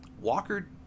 walker